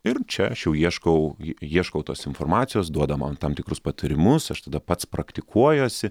ir čia aš jau ieškau ieškau tos informacijos duoda man tam tikrus patarimus aš tada pats praktikuojuosi